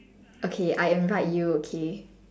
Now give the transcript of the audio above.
okay I invite you okay